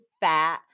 fat